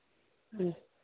ம்